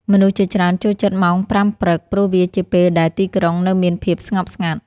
មនុស្សជាច្រើនចូលចិត្តម៉ោងប្រាំព្រឹក ព្រោះវាជាពេលដែលទីក្រុងនៅមានភាពស្ងប់ស្ងាត់។